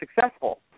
successful